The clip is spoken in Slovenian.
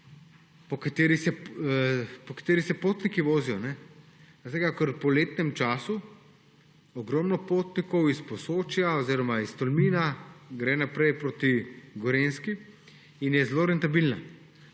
po katerih se potniki vozijo. Zaradi tega ker gre v poletnem času ogromno potnikov iz Posočja oziroma iz Tolmina naprej proti Gorenjski in je zelo rentabilna